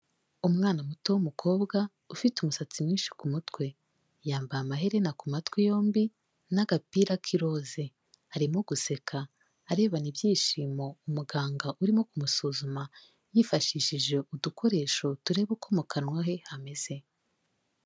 Umwana muto w'umukobwa ufite umusatsi mwinshi ku mutwe, yambaye amaherena ku matwi yombi n'agapira k'iroze, arimo guseka arebana ibyishimo umuganga urimo kumusuzuma yifashishije udukoresho turebabe uko mu kanwa he hameze.